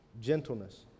gentleness